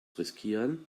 riskieren